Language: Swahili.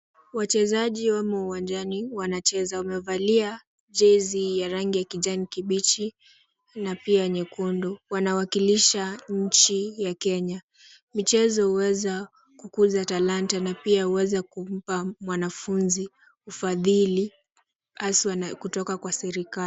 Wachezaji wamo uwanjani wanacheza. Wamevalia jezi ya rangi ya kijani kibichi na pia nyekundu. Wanawakilisha nchi ya Kenya. Michezo huweza kukuza talanta na pia huweza kumpa mwanafunzi ufadhili haswa kutoka kwa serikali.